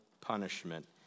punishment